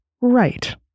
right